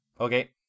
Okay